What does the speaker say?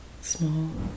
small